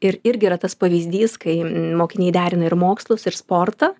ir irgi yra tas pavyzdys kai mokiniai derina ir mokslus ir sportą